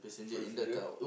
traffic here